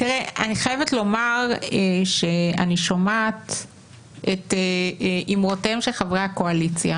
אני חייבת לומר שאני שומעת את אמרותיהם של חברי הקואליציה